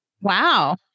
Wow